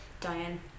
Diane